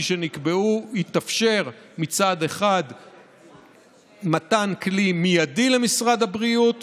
שנקבעו יתאפשר מצד אחד מתן כלי מיידי למשרד הבריאות